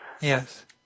Yes